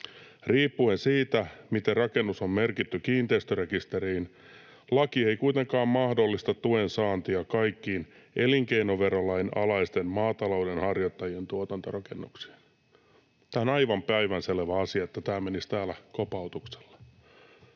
Riippuen siitä, miten rakennus on merkitty kiinteistörekisteriin, laki ei kuitenkaan mahdollista tuen saantia kaikkiin elinkeinoverolain alaisten maatalouden harjoittajien tuotantorakennuksiin.” Tämä on aivan päivänselvä asia, että tämä menisi täällä kopautuksella.